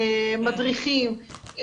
מדריכים,